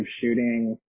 shooting